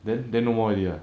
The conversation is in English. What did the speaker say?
then then no more already ah